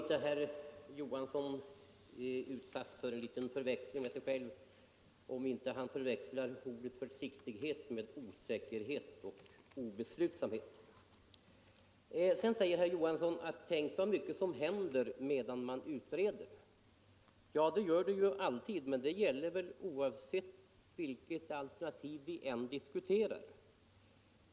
Tänk så mycket som händer medan man utreder. Ja, det gör det ju alltid. Men det gäller väl oavsett vilket alternativ vi än diskuterar.